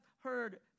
heard